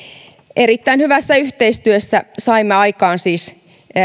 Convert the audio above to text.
erittäin hyvässä yhteistyössä saimme siis aikaan